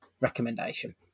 recommendation